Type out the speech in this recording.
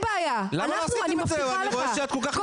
אין בעיה אנחנו אני מבטיחה לך,